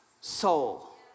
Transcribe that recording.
soul